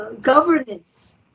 governance